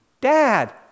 Dad